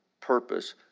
purpose